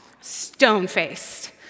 stone-faced